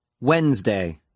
Wednesday